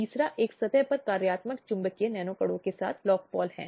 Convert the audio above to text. अब ऐसे लोग रक्तसंबंध विवाह या दत्तक ग्रहण से संबंधित हैं